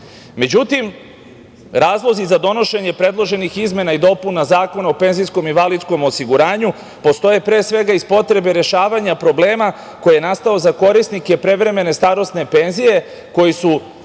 starosti.Međutim, razlozi za donošenje predloženih izmena i dopuna Zakona o penzijskom i invalidskom osiguranju postoje, pre svega, iz potrebe rešavanja problema koji je nastao za korisnike prevremene starosne penzije, koji su